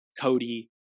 Cody